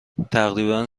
تقریبا